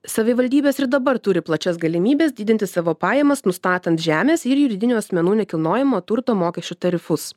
savivaldybės ir dabar turi plačias galimybes didinti savo pajamas nustatant žemės ir juridinių asmenų nekilnojamo turto mokesčių tarifus